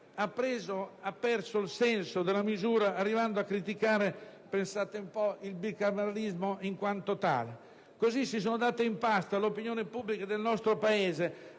ha perso il senso della misura, arrivando a criticare addirittura il bicameralismo in quanto tale. In questo modo si sono date in pasto all'opinione pubblica del nostro Paese